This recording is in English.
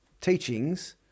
teachings